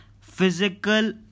physical